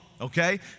Okay